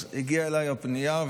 הגיעה אליי הפנייה,